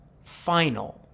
final